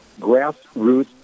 grassroots